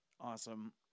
awesome